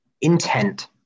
intent